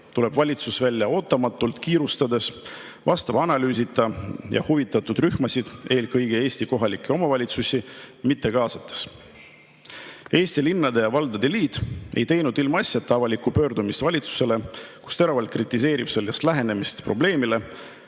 tuleb valitsus välja ootamatult, kiirustades, vajaliku analüüsita ja huvitatud rühmasid, eelkõige Eesti kohalikke omavalitsusi mitte kaasates. Eesti Linnade ja Valdade Liit ei teinud ilmaasjata avalikku pöördumist valitsuse poole, kus teravalt kritiseeritakse sellist lähenemist probleemile,